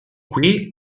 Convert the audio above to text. qui